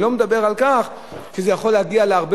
אני לא מדבר על כך שזה יכול להגיע להרבה